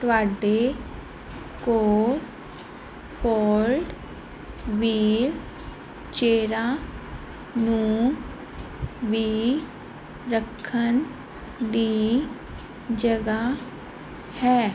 ਤੁਹਾਡੇ ਕੋਲ ਫੋਲਡ ਵ੍ਹੀਲਚੇਅਰਾਂ ਨੂੰ ਵੀ ਰੱਖਣ ਦੀ ਜਗ੍ਹਾ ਹੈ